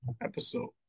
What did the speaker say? episode